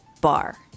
Bar